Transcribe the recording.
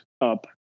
up